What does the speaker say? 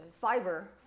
fiber